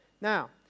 Now